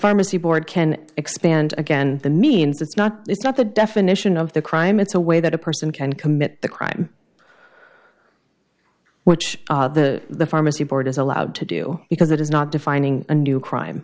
pharmacy board can expand again the means it's not it's not the definition of the crime it's a way that a person can commit the crime which the pharmacy board is allowed to do because it is not defining a new crime